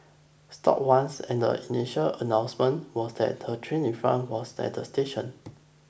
stopped once and the initial announcement was that the train in front was at the station